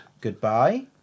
goodbye